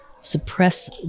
suppress